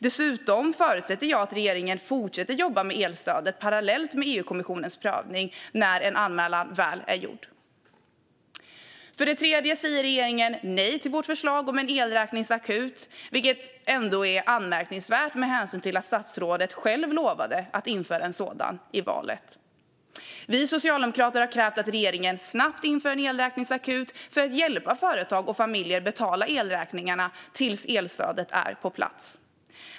Dessutom förutsätter jag att regeringen fortsätter att jobba med elstödet parallellt med EU-kommissionens prövning när en anmälan väl är gjord. För det tredje säger regeringen nej till vårt förslag om en elräkningsakut, vilket ändå är anmärkningsvärt med hänsyn till att statsrådet själv lovade att införa en sådan i valet. Vi socialdemokrater har krävt att regeringen snabbt inför en elräkningsakut för att hjälpa företag och familjer att betala elräkningarna tills elstödet är på plats.